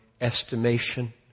estimation